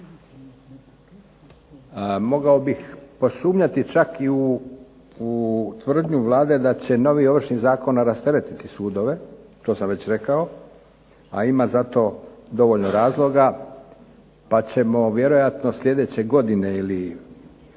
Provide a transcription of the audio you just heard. Mogao bih posumnjati čak i u tvrdnju Vlade da će novi Ovršni zakon rasteretiti sudove, to sam već rekao, a ima za to dovoljno zakona, pa ćemo vjerojatno sljedeće godine ili